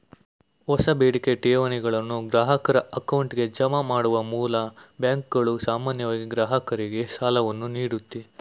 ಹೊಸ ಬೇಡಿಕೆ ಠೇವಣಿಗಳನ್ನು ಗ್ರಾಹಕರ ಅಕೌಂಟ್ಗೆ ಜಮಾ ಮಾಡುವ ಮೂಲ್ ಬ್ಯಾಂಕ್ಗಳು ಸಾಮಾನ್ಯವಾಗಿ ಗ್ರಾಹಕರಿಗೆ ಸಾಲವನ್ನು ನೀಡುತ್ತೆ